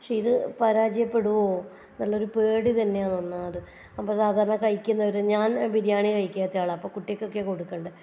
പക്ഷേ ഇത് പരാജയപ്പെടുമോ എന്നുള്ള ഒരു പേടി തന്നെയാണ് ഒന്നാമത് അപ്പം സാധാരണ കഴിക്കുന്നവരും ഞാൻ ബിരിയാണി കഴിക്കാത്ത ആളാണ് അപ്പോൾ കുട്ടിക്കൊക്കെ കൊടുക്കേണ്ടത്